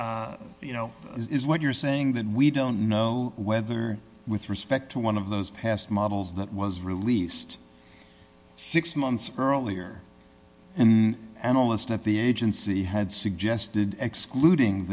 beyond you know is what you're saying that we don't know whether with respect to one of those past models that was released six months earlier and an analyst at the agency had suggested excluding